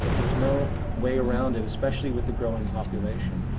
there's no way around it, especially with the growing population.